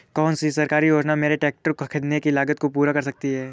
कौन सी सरकारी योजना मेरे ट्रैक्टर को ख़रीदने की लागत को पूरा कर सकती है?